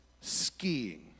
skiing